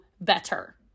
better